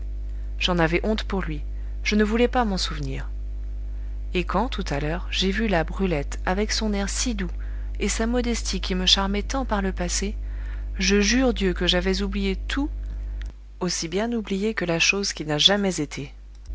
j'en avais honte pour lui je ne voulais pas m'en souvenir et quand tout à l'heure j'ai vu là brulette avec son air si doux et sa modestie qui me charmait tant par le passé je jure dieu que j'avais oublié tout aussi bien oublié que la chose qui n'a jamais été